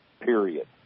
period